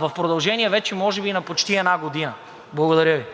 в продължение вече може би на почти една година. Благодаря Ви.